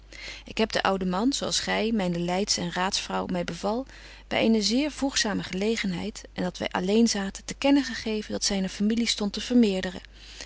ik heb den ouden man zo als gy myne leids en raads vrouw my beval by eene zeer voegzame gelegenheid en dat wy alleen zaten te kennen gegeven dat zyne familie stondt te vermeerderen